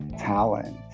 talent